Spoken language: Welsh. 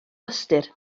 ystyr